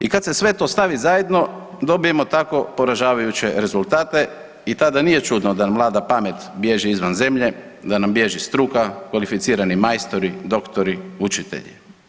I kad se sve to stavi zajedno dobijemo tako poražavajuće rezultate i tada nije čudno da mlada pamet bježi izvan zemlje, da nam bježi struka, kvalificirani majstori, doktori, učitelji.